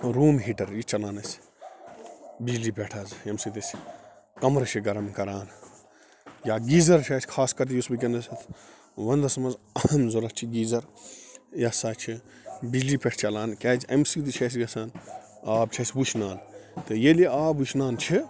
room heater یہِ چھِ چَلان اَسہِ بِجلی پٮ۪ٹھ حظ ییٚمہِ سۭتۍ أسۍ کمرٕ چھِ گرم کَران یا گیٖزر چھُ اَسہِ خاص کَر یُس وٕنکیٚنس وندس منٛز أہم ضرورت چھِ گیٖزر یہِ سا چھِ بِجلی پٮ۪ٹھ چَلان کیٛاز اَمہِ سۭتۍ تہِ چھِ اَسہِ گَژھان آب چھُ اسہِ وُشنان تہٕ ییٚلہِ آب وٕشنان چھِ